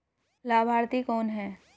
लाभार्थी कौन है?